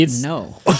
No